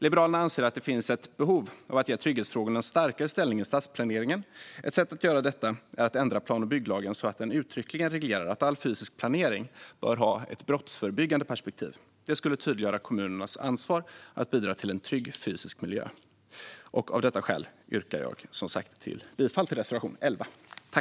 Liberalerna anser att det finns ett behov av att ge trygghetsfrågorna en starkare ställning i stadsplaneringen. Ett sätt att göra detta är att ändra plan och bygglagen så att den uttryckligen reglerar att all fysisk planering bör ha ett brottsförebyggande perspektiv. Det skulle tydliggöra kommunernas ansvar att bidra till en trygg fysisk miljö. Av detta skäl yrkar jag som sagt bifall till reservation 11.